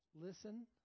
Listen